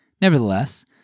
Nevertheless